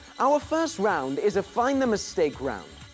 our first round is a find the mistake round.